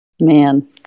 man